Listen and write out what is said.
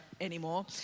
anymore